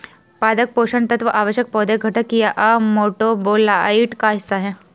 पादप पोषण तत्व आवश्यक पौधे घटक या मेटाबोलाइट का हिस्सा है